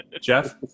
Jeff